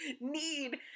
need